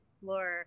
explore